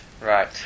Right